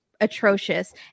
atrocious